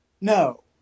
No